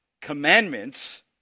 commandments